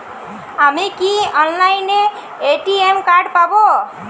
আমি কি অনলাইনে এ.টি.এম কার্ড পাব?